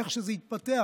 ואיך שזה יתפתח,